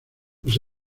los